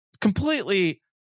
completely